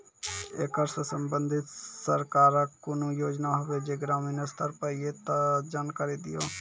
ऐकरा सऽ संबंधित सरकारक कूनू योजना होवे जे ग्रामीण स्तर पर ये तऽ जानकारी दियो?